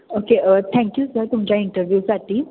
okay thank you sir तुमच्या इंटरव्यूसाठी